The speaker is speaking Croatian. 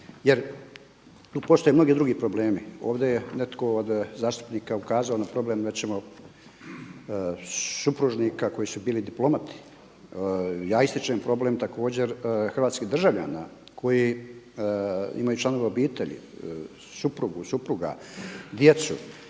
jer tu postoje mnogi drugi problemi. Ovdje netko od zastupnika ukazao na problem da ćemo supružnika koji su bili diplomati, ja ističem problem također hrvatskih državljana koji imaju članove obitelji suprugu, supruga, djecu